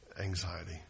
anxiety